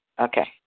Okay